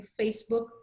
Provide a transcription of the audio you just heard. Facebook